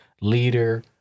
leader